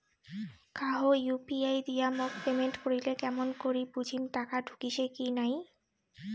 কাহো ইউ.পি.আই দিয়া মোক পেমেন্ট করিলে কেমন করি বুঝিম টাকা ঢুকিসে কি নাই?